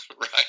right